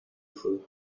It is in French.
feu